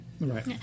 Right